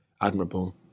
admirable